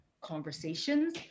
conversations